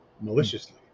maliciously